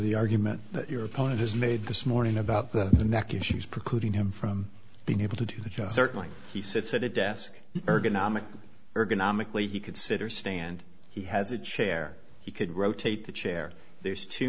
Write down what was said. the argument that your opponent has made this morning about the neck issues preclude him from being able to do the job certainly he sits at a desk ergonomic ergonomically he considers stand he has a chair he could rotate the chair there's two